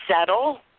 settle